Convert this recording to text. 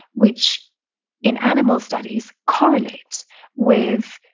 which in animal studies correlate with